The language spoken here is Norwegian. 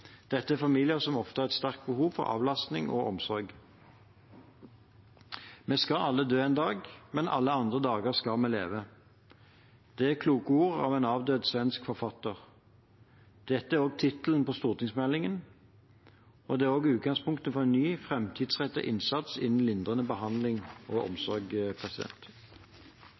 Dette er familier som ofte har et sterkt behov for avlastning og omsorg. «Vi skal alle dø en dag. Men alle andre dager skal vi leve.» Det er kloke ord av en avdød svensk forfatter. Dette er også tittelen på stortingsmeldingen. Det er også utgangpunktet for en ny, framtidsrettet innsats innen lindrende behandling og omsorg.